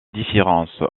différences